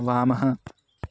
वामः